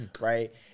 right